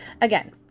again